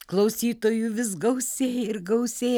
klausytojų vis gausėja ir gausėja